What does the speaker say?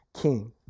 king